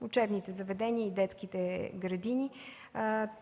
учебните заведения и детските градини.